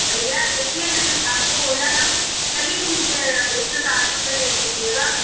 भैया देखिए मैंने आपको बोला ना चलिए ठीक है एक सौ साठ रुपये ले लीजिएगा